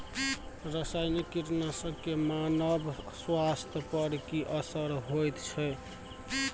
रसायनिक कीटनासक के मानव स्वास्थ्य पर की असर होयत छै?